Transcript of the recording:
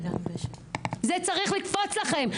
זה צריך לקפוץ לכם,